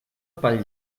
pal